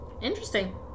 Interesting